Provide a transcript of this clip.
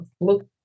look